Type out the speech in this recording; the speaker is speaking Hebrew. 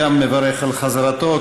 גם אני מברך על חזרתו,